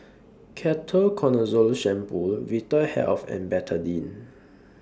Ketoconazole Shampoo Vitahealth and Betadine